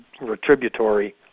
retributory